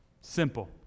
simple